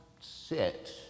sit